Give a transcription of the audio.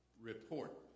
report